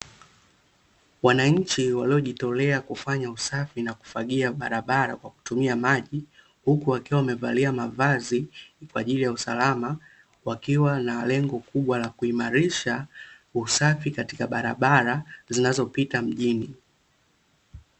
Wananchi waliojitolea kufanya usafi na kufagia barabara kwa kutumia maji huku wakiwa wamevalia mavazi kwa ajili ya usalama, wakiwa na lengo kubwa la kuimarisha usafi katika barabara zinazopita mjini.